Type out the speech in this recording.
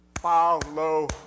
follow